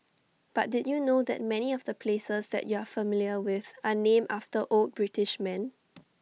but did you know that many of the places that you're familiar with are named after old British men